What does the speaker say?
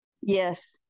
Yes